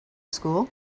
school